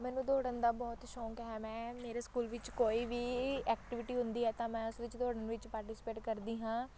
ਮੈਨੂੰ ਦੌੜਨ ਦਾ ਬਹੁਤ ਸ਼ੌਕ ਹੈ ਮੈਂ ਮੇਰੇ ਸਕੂਲ ਵਿੱਚ ਕੋਈ ਵੀ ਐਕਟੀਵਿਟੀ ਹੁੰਦੀ ਹੈ ਤਾਂ ਮੈਂ ਉਸ ਵਿੱਚ ਦੌੜਨ ਵਿੱਚ ਪਾਰਟੀਸਪੇਟ ਕਰਦੀ ਹਾਂ